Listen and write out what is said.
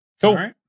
Cool